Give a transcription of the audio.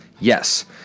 Yes